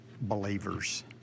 believers